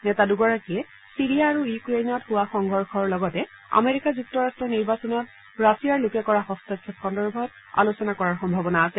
নেতা দূগৰাকীয়ে ছিৰিয়া আৰু ইউক্ৰেইনত হোৱা সংঘৰ্ষৰ লগতে আমেৰিকা যুক্তৰাট্টৰ নিৰ্বাচনত ৰাছিয়াৰ লোকে কৰা হস্তক্ষেপ সন্দৰ্ভত আলোচনা কৰাৰ সম্ভাৱনা আছে